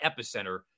epicenter